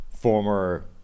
former